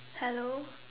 hello